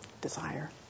desire